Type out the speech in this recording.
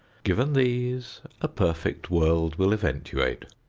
given these a perfect world will eventuate.